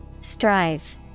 Strive